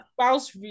spouse